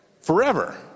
Forever